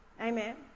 Amen